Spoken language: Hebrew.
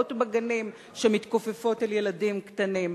סייעות בגנים שמתכופפות אל ילדים קטנים.